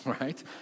right